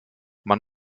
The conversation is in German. man